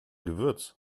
gewürz